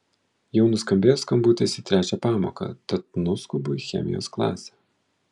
jau nuskambėjo skambutis į trečią pamoką tad nuskubu į chemijos klasę